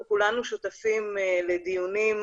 אנחנו כולנו שותפים לדיונים,